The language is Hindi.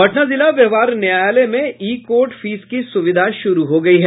पटना जिला व्यवहार न्यायालय में ई कोर्ट फीस की सुविधा शुरू हो गयी है